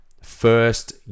first